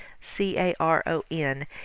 C-A-R-O-N